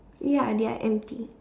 ya they are empty